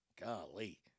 Golly